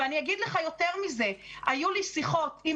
ואני אגיד לך יותר מזה: היו לי שיחות עם